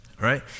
right